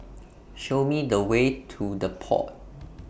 Show Me The Way to The Pod